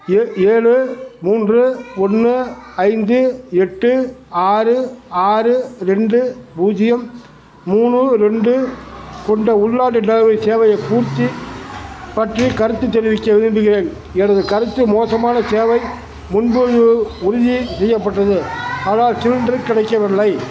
ஏ ஏழு மூன்று ஒன்று ஐந்து எட்டு ஆறு ஆறு ரெண்டு பூஜ்ஜியம் மூணு ரெண்டு கொண்ட உள்நாட்டு டெலிவரி சேவையைப் பூர்த்தி பற்றி கருத்து தெரிவிக்க விரும்புகிறேன் எனது கருத்து மோசமானச் சேவை முன்பதிவு உறுதி செய்யப்பட்டது ஆனால் சிலிண்டர் கிடைக்கவில்லை